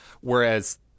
whereas